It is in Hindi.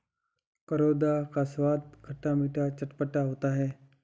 करौंदा का स्वाद खट्टा मीठा चटपटा होता है